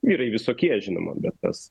vyrai visokie žinoma bet tas